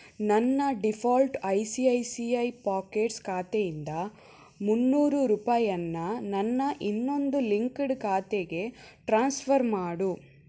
ನನ್ನ default I C I C I Pockets ಖಾತೆಯಿಂದ ಮುನ್ನೂರು ರೂಪಾಯಿಯನ್ನ ನನ್ನ ಇನ್ನೊಂದು ಲಿಂಕಡ್ ಖಾತೆಗೆ ಟ್ರಾನ್ಸ್ಫರ್ ಮಾಡು